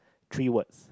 three words